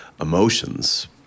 emotions